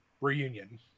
reunion